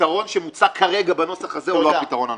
הפתרון שמוצע כרגע בנוסח הזה הוא לא הפתרון הנכון.